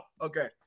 okay